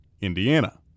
Indiana